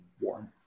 warm